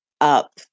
up